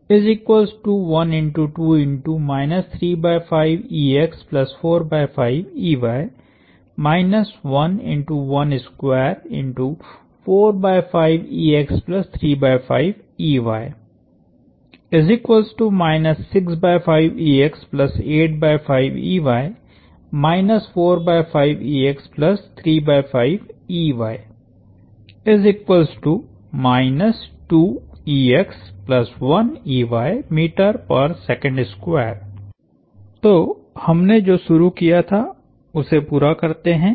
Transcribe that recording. तो जो हमने शुरू किया था उसे पूरा करते है